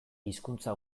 hizkuntza